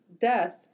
death